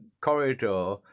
corridor